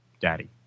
daddy